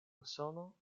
usono